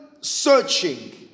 searching